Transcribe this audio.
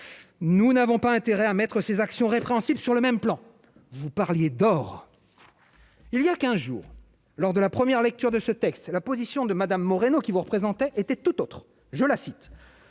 nous n'avons pas intérêt à mettre ses actions répréhensibles sur le même plan, vous parliez d'or il y a 15 jours, lors de la première lecture de ce texte, c'est la position de Madame Moreno qui vous représentait était tout autre, je la cite.